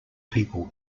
people